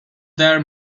there